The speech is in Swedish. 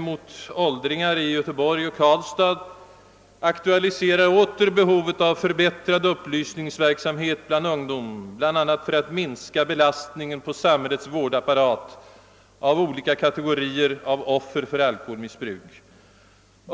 mot åldringar i Göteborg och Karlstad — aktualiserar åter behovet av förbättrad upplysningsverksamhet bland ungdomen, exempelvis för att minska belastningen på samhällets vårdapparat för olika kategorier av offer för alkoholmissbruk.